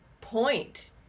point